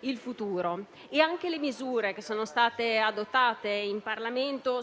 il futuro. E anche le misure adottate in Parlamento